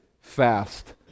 fast